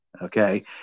Okay